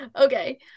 Okay